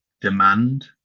demand